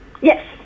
Yes